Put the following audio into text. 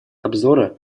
обзора